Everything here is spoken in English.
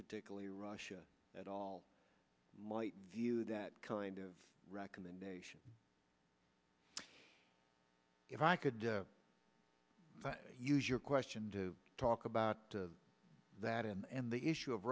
particularly russia at all might view that kind of recommendation if i could use your question to talk about that and the issue of